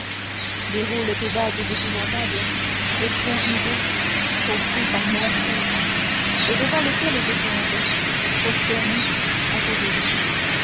déroule tes vagues épouvantables océan hideux compris par moi seul et devant lequel je tombe prosterné à tes genoux